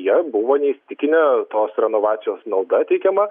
jie buvo neįsitikinę tos renovacijos nauda teikiama